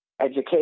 education